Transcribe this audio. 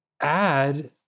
add